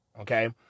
okay